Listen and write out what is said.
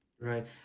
Right